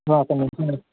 okay madam